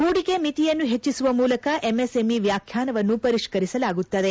ಹೂಡಿಕೆ ಮಿತಿಯನ್ನು ಹೆಚ್ಚಿಸುವ ಮೂಲಕ ಎಂಎಸ್ಎಂಇ ವ್ಯಾಖ್ಯಾನವನ್ನು ಪರಿಷ್ಣರಿಸಲಾಗುತ್ತದೆ